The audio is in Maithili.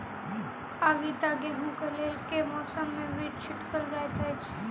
आगिता गेंहूँ कऽ लेल केँ मौसम मे बीज छिटल जाइत अछि?